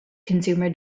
consumer